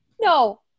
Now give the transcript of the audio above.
No